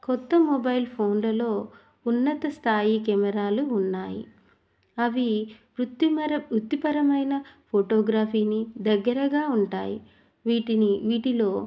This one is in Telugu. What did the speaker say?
కొత్త మొబైల్ ఫోన్లలో ఉన్నత స్థాయి కెమెరాలు ఉన్నాయి అవి వృత్తిపరమైన ఫోటోగ్రఫీని దగ్గరగా ఉంటాయి వీటిని వీటిలో